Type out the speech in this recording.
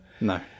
no